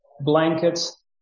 blankets